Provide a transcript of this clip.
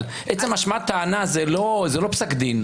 אבל עצם השמעת טענה זה לא פסק דין.